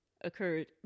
occurred